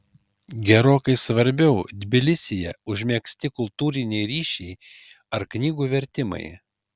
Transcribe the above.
gerokai svarbiau tbilisyje užmegzti kultūriniai ryšiai ar knygų vertimai